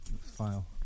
File